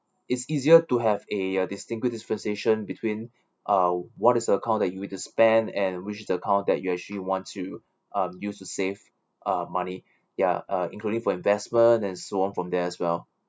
it's easier to have a a distinguish differentiation between uh what is the account that you need spend and which is the account that you actually want to um use to save uh money ya uh including for investment and so on from there as well